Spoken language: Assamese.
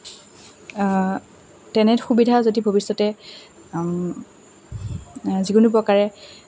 তেনে সুবিধা যদি ভৱিষ্যতে যিকোনো প্ৰকাৰে